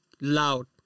loud